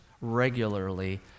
regularly